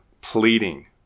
pleading